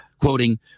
Quoting